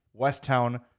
Westtown